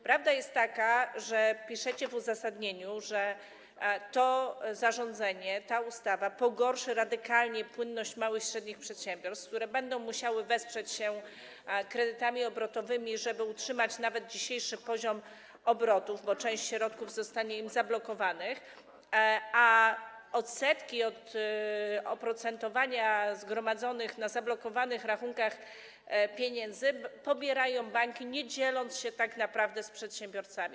Prawda jest taka, że piszecie w uzasadnieniu, iż ta ustawa pogorszy radykalnie płynność małych i średnich przedsiębiorstw, które będą musiały wesprzeć się kredytami obrotowymi, żeby utrzymać nawet dzisiejszy poziom obrotów, bo część środków zostanie zablokowanych, a odsetki z oprocentowania zgromadzonych na zablokowanych rachunkach pieniędzy pobierają banki, nie dzieląc się tak naprawdę z przedsiębiorcami.